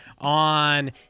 on